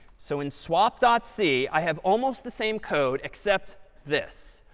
so in swap dot c i have almost the same code, except this.